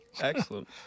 Excellent